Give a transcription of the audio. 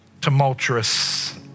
tumultuous